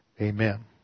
Amen